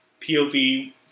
POV